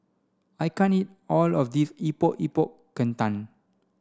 I can't eat all of this Epok Epok Kentang